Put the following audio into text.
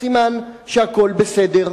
סימן שהכול בסדר,